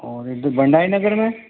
और एक तो भंडारी नगर में